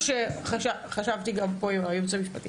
זה משהו שחשבתי עליו גם פה עם הייעוץ המשפטי.